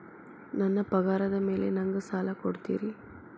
ನನ್ನ ಪಗಾರದ್ ಮೇಲೆ ನಂಗ ಸಾಲ ಕೊಡ್ತೇರಿ?